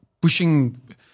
pushing